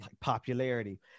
popularity